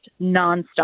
nonstop